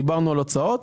דיברנו על הוצאות,